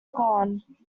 gone